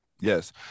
yes